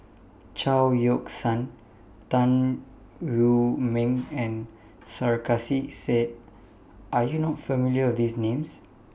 Chao Yoke San Tan Wu Meng and Sarkasi Said Are YOU not familiar with These Names